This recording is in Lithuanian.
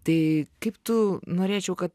tai kaip tu norėčiau kad